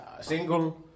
single